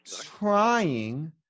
trying